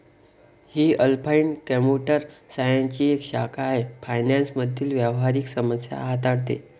ही applied computer सायन्सची एक शाखा आहे फायनान्स मधील व्यावहारिक समस्या हाताळते